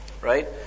right